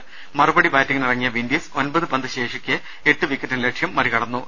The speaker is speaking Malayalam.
അമറുപടി ബാറ്റിങ്ങിനി റങ്ങിയ വിൻഡീസ് ഒൻപത് പന്ത് ശേഷിക്കെ എട്ട് വിക്കറ്റിന് ലക്ഷ്യം മറികട ന്നു